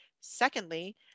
Secondly